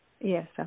Yes